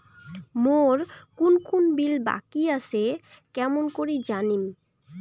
মোর কুন কুন বিল বাকি আসে কেমন করি জানিম?